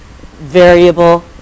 variable